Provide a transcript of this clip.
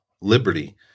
liberty—